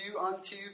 unto